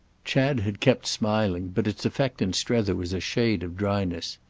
chad had kept smiling, but its effect in strether was a shade of dryness.